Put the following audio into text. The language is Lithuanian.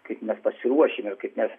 kaip mes pasiruošime ir kaip mes